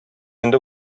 инде